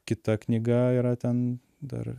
kita knyga yra ten dar